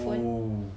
!whoa!